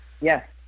Yes